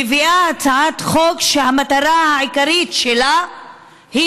מביאה הצעת חוק שהמטרה העיקרית שלה היא